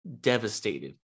devastated